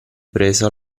presa